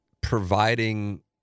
providing